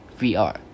VR